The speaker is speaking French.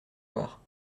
voir